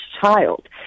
child